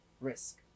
risk